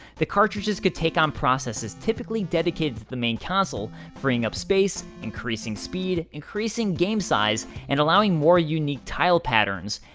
the cartridges could take on processes typically dedicated to the main console, freeing up space, increasing speed, increasing game size, and allowing more unique tile patterns.